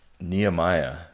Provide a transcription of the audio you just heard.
Nehemiah